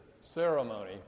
ceremony